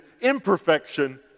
imperfection